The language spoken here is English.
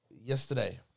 yesterday